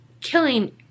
killing